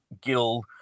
Gill